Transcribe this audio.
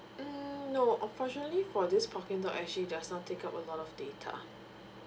mm no unfortunately for this parking dot s g does not take up a lot of data